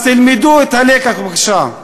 אז תלמדו את הלקח בבקשה.